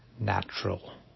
natural